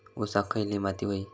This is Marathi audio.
ऊसाक खयली माती व्हयी?